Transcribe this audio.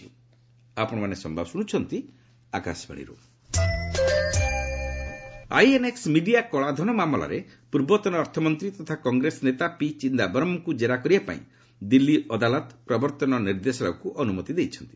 court Chidambaram INX media କଳାଧନ ମାମଲାରେ ପୂର୍ବତନ ଅର୍ଥମନ୍ତ୍ରୀ ତଥା କଂଗ୍ରେସ ନେତା ପି ଚିଦାୟରମ୍ଙ୍କୁ ଜେରା କରିବା ପାଇଁ ଦିଲ୍ଲୀ ଅଦାଲତ ପ୍ରବର୍ତ୍ତନ ନିର୍ଦ୍ଦେଶାଳୟକୁ ଅନୁମତି ଦେଇଛନ୍ତି